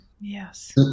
Yes